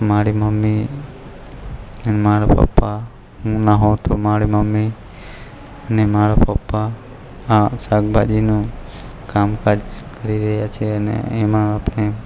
મારી મમ્મી અને મારા પપ્પા હું ના હોવ તો મારી મમ્મી અને મારા પપ્પા આ શાકભાજીનું કામકાજ કરી રહ્યા છે અને એમાં આપણે